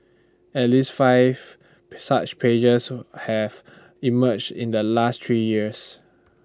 at least five such pages have emerged in the last three years